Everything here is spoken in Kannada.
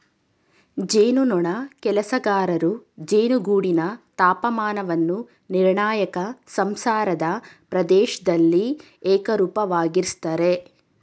ಜೇನುನೊಣ ಕೆಲಸಗಾರರು ಜೇನುಗೂಡಿನ ತಾಪಮಾನವನ್ನು ನಿರ್ಣಾಯಕ ಸಂಸಾರದ ಪ್ರದೇಶ್ದಲ್ಲಿ ಏಕರೂಪವಾಗಿಸ್ತರೆ